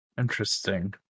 Interesting